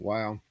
Wow